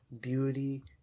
beauty